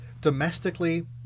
domestically